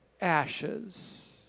ashes